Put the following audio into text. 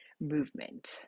movement